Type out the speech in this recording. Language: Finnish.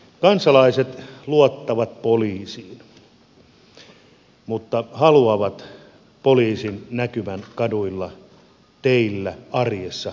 kansalaiset luottavat poliisiin mutta haluavat poliisin näkyvän kaduilla teillä arjessa enemmän